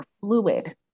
fluid